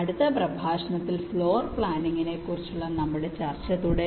അടുത്ത പ്രഭാഷണത്തിൽ ഫ്ലോർ പ്ലാനിങ്ങിനെക്കുറിച്ചുള്ള നമ്മുടെ ചർച്ച തുടരും